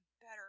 better